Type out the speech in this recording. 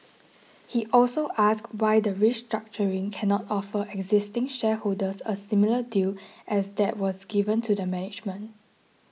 he also asked why the restructuring cannot offer existing shareholders a similar deal as that was given to the management